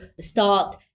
start